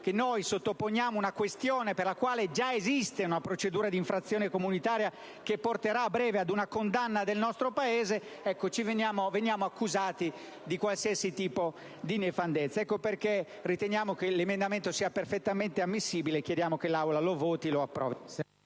oggi che sottoponiamo una questione per la quale già esiste una procedura d'infrazione comunitaria che porterà a breve ad una condanna del nostro Paese, veniamo accusati di qualsiasi tipo di nefandezze. Ecco perché riteniamo che l'emendamento sia perfettamente ammissibile e chiediamo che l'Assemblea l'approvi.